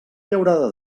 llaurada